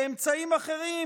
באמצעים אחרים,